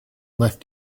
left